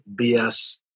BS